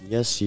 Yes